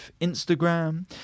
Instagram